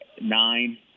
nine